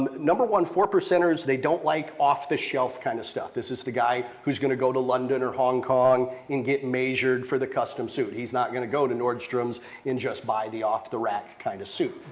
number one, four percenters, they don't like off the shelf kind of stuff. this is the guy who's going to go to london or hong kong and get measured for the custom suit. he's not going to go to nordstrom's and just buy the off-the-rack kind of suit.